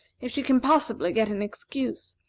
if she can possibly get an excuse.